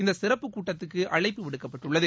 இந்த சிறப்புக் கூட்டத்துக்கு அழைப்பு விடுக்கப்பட்டுள்ளது